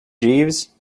jeeves